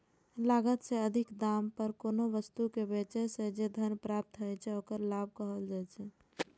लागत सं अधिक दाम पर कोनो वस्तु कें बेचय सं जे धन प्राप्त होइ छै, ओकरा लाभ कहल जाइ छै